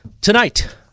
tonight